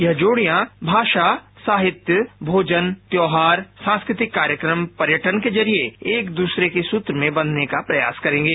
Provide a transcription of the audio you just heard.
ये जोड़ियां भाषा साहित्य भोजन त्यौहार सांस्कृतिक कार्यक्रम पर्यटन के जरिये एक दूसरे के सूत्र में बंधने का प्रयास करेंगे